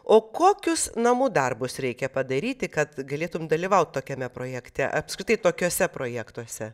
o kokius namų darbus reikia padaryti kad galėtum dalyvaut tokiame projekte apskritai tokiuose projektuose